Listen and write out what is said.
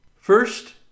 First